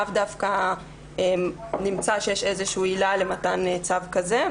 לאו דווקא נמצא שיש עילה למתן צו כזה.